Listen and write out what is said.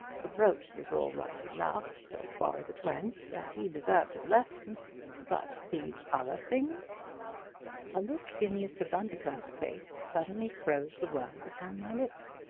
the brooch was all right enough, so far as it went, and he deserved a lesson but these other things a look in mr. bundercombe's face suddenly froze the words upon my lips.